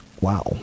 Wow